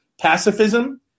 pacifism